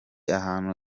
ahantu